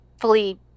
fully